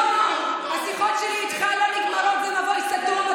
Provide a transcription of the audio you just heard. שלמה, השיחות שלי איתך לא נגמרות, זה מבוי סתום.